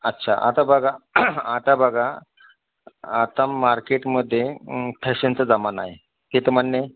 अच्छा आता बघा आता बघा आता मार्केटमध्ये फॅशनचा जमाना आहे हे तर मान्य आहे